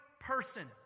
person